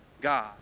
God